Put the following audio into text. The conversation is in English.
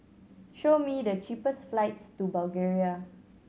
show me the cheapest flights to Bulgaria